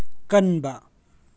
ꯀꯟꯕ